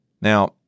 Now